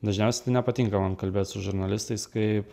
dažniausiai tai nepatinka man kalbėt su žurnalistais kaip